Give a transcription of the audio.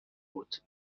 بود